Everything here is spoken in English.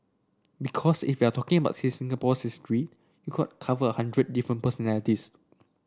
because if you're talking about Singapore's history you could cover a hundred different personalities